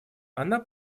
она